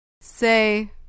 Say